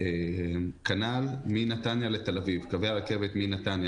כנ"ל מנתניה לתל-אביב קווי הרכבת מנתניה